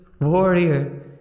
warrior